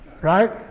Right